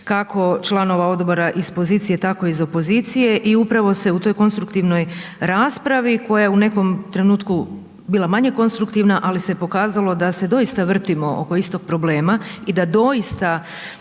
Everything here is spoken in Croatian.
kako članova odbora iz pozicije tako i iz opozicije i upravo se u toj konstruktivnoj raspravi koja je u nekom trenutku bila manje konstruktivna ali se pokazalo da se doista vrtimo oko istog problema i da doista